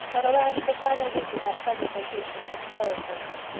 but alas, the final week of that pleasant vacation was spoiled for anne,